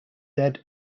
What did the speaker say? dead